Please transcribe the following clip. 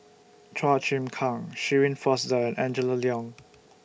Chua Chim Kang Shirin Fozdar and Angela Liong